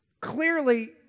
clearly